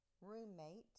roommate